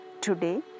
today